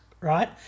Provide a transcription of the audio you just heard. right